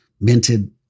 minted